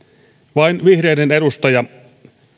vain vihreiden edustaja